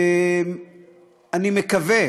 אני מקווה